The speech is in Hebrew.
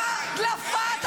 אבל די כבר עם זה.